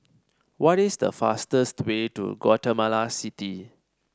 what is the fastest way to Guatemala City